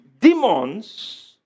demons